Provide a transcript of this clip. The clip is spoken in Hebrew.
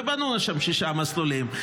ובנו שם שישה מסלולים.